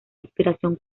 inspiración